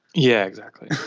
yeah, exactly.